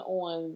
on